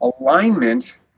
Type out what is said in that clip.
alignment